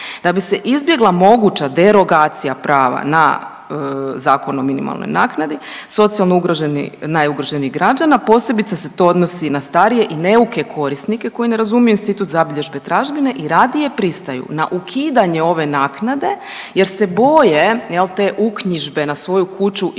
Da bi se izbjegla moguća derogacija prava na Zakon o minimalnoj naknadi socijalno ugroženi, najugroženijih građana, posebice se to odnosi na starije i neuke korisnike koji ne razumiju institut zabilježbe tražbine i radije pristaju na ukidanje ove naknade jer se boje jel te uknjižbe na svoju kuću ili